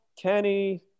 Kenny